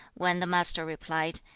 when the master replied,